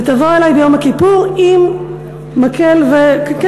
ותבוא אלי ביום הכיפורים עם מקל וכסף,